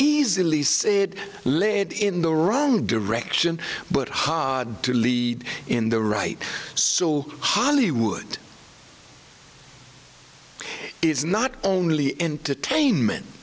easily said led in the wrong direction but hod to lead in the right so hollywood is not only entertainment